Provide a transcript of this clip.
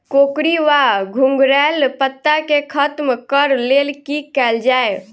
कोकरी वा घुंघरैल पत्ता केँ खत्म कऽर लेल की कैल जाय?